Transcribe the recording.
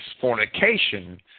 fornication